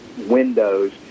windows